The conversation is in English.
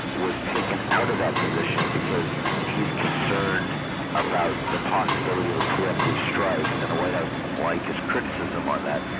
was taken out of that position because he's concerned about the possibility of a preemptive strike and the white house didn't like his criticism on that.